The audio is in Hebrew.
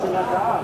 של הקהל.